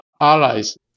allies